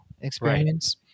experience